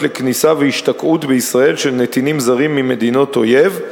לכניסה והשתקעות בישראל של נתינים זרים ממדינות אויב,